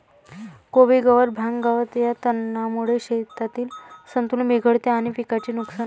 कोबी गवत, भांग, गवत या तणांमुळे शेतातील संतुलन बिघडते आणि पिकाचे नुकसान होते